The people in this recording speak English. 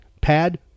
pad